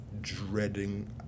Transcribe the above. dreading